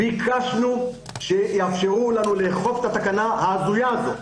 ביקשנו שיאפשרו לנו לאכוף את התקנה ההזויה הזאת,